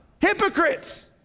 hypocrites